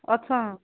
ଅଛନ୍ତି